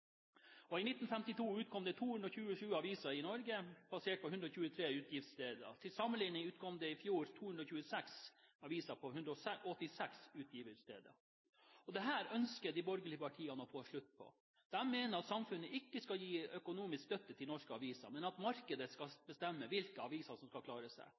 vilje. I 1952 utkom det 227 aviser i Norge på 123 utgiversteder. Til sammenligning utkom det i fjor 226 aviser på 186 utgiversteder. Dette ønsker de borgerlige partiene å få en slutt på. De mener at samfunnet ikke skal gi økonomisk støtte til norske aviser, men at markedet skal bestemme hvilke aviser som skal klare seg.